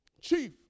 Chief